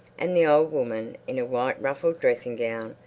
and the old woman, in a white ruffled dressing-gown,